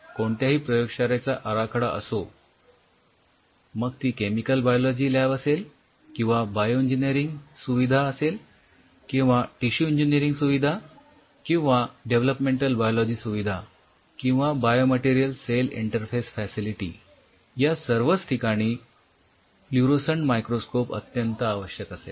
कोणत्याही प्रयोगशाळेचा आराखडा असो मग ती केमिकल बायोलॉजी लॅब असेल किंवा बायो इंजिनीरिंग सुविधा असेल किंवा टिशू इंजिनीरिंग सुविधा किंवा डेव्हलोपमेंटल बायोलॉजी सुविधा किंवा बायोमटेरियल सेल इंटरफेस फॅसिलिटी या सर्वच ठिकाणी फ्लुरोसन्ट मायक्रोस्कोप अत्यंत आवश्यक असेल